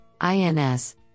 INS